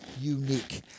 unique